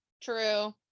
True